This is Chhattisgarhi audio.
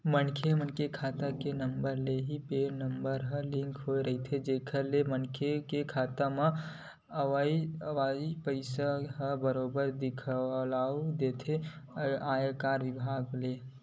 मनखे मन के खाता नंबर ले ही पेन नंबर ह लिंक होय रहिथे जेखर ले ओ मनखे के खाता म अवई पइसा ह बरोबर दिखउल देथे आयकर बिभाग ल